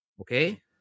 okay